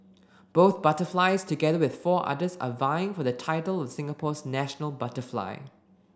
both butterflies together with four others are vying for the title of Singapore's national butterfly